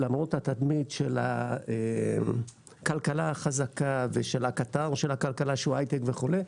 למרות התדמית של הכלכלה החזקה ושל הקטר של הכלכלה שהוא ההייטק וכולי,